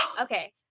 Okay